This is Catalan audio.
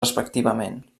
respectivament